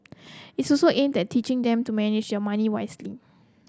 it's also aimed that teaching them to manage their money wisely